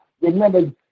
Remember